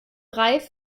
reif